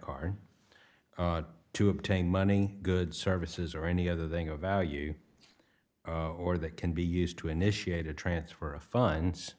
card to obtain money goods services or any other thing of value or that can be used to initiate a transfer of funds